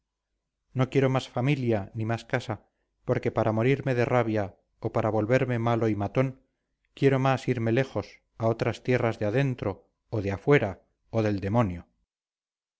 no quiero más familia ni más casa porque para morirme de rabia o para volverme malo y matón quiero más irme lejos a otras tierras de adentro o de afuera o del demonio